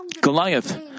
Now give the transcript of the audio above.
Goliath